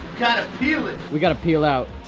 kind of peel it. we gotta peel out.